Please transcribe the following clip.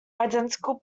identical